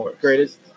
Greatest